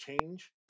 change